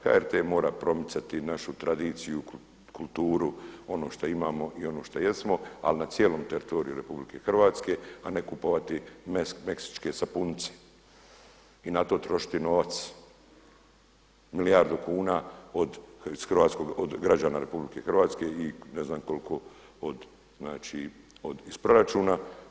HRT mora promicati našu tradiciju, kulturu, ono što imamo, ono što jesmo, ali na cijelom teritoriju RH, a ne kupovati meksičke sapunice i na to trošiti novac, milijardu kuna od, od građana RH i ne znam koliko od, znači iz proračuna.